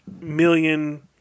million